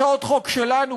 הצעות חוק שלנו,